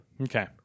Okay